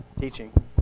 teaching